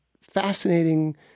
fascinating